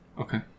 Okay